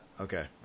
okay